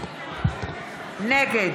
נגד